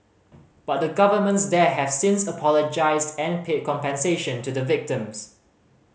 but the governments there have since apologised and paid compensation to the victims